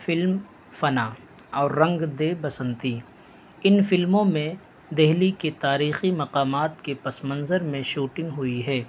film Fanaa اور رنگ دے بسنتی ان فلموں میں دہلی کے تاریخی مقامات کے پس منظر میں شوٹنگ ہوئی ہے